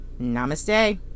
namaste